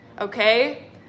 okay